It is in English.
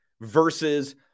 versus